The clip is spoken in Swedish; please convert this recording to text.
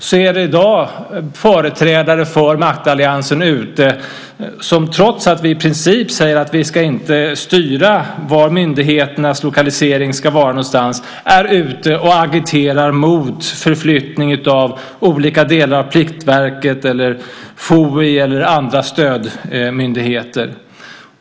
I dag finns det företrädare för maktalliansen som, trots att vi i princip säger att vi inte ska styra var myndigheterna ska lokaliseras någonstans, är ute och agiterar mot förflyttning av olika delar av Pliktverket, FOI eller andra stödmyndigheter.